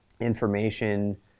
information